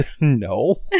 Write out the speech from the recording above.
No